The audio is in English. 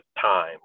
time